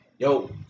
Yo